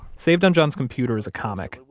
saved on john's computer is a comic.